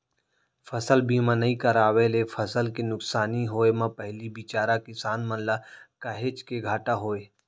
फसल बीमा नइ करवाए ले फसल के नुकसानी होय म पहिली बिचारा किसान मन ल काहेच के घाटा होय